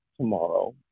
tomorrow